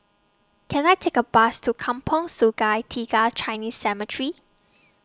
Can I Take A Bus to Kampong Sungai Tiga Chinese Cemetery